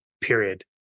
period